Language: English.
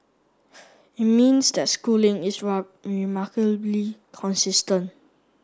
it means that Schooling is remarkably consistent